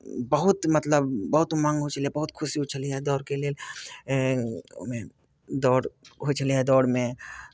बहुत मतलब बहुत उमङ्ग होइ छलै बहुत खुशी होइ छलै दौड़के लेल ओहिमे दौड़ होइ छलै दौड़मे